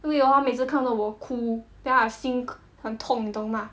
cause of you all 每次看到我哭 then I 心很痛你懂吗